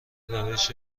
روش